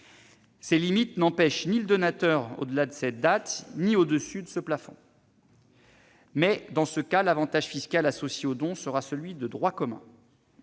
Ces limites n'empêchent de donner ni au-delà de cette date ni au-dessus de ce plafond. Seulement, dans ce cas, l'avantage fiscal associé au don sera celui de droit commun.